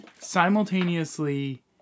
simultaneously